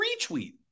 retweet